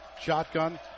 Shotgun